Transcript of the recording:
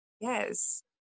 Yes